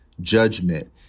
judgment